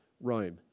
Rome